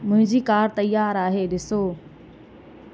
मुंहिंजी कार तयारु आहे ॾिसो